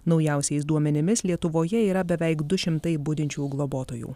naujausiais duomenimis lietuvoje yra beveik du šimtai budinčių globotojų